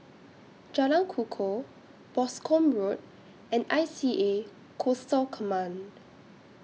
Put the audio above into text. Jalan Kukoh Boscombe Road and I C A Coastal Command